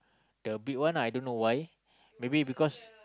the big one ah I don't know why maybe because